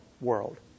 world